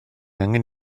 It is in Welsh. angen